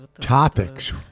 topics